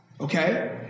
Okay